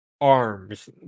arms